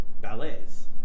ballets